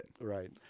Right